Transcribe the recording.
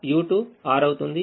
u2 6 అవుతుంది